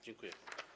Dziękuję.